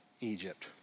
Egypt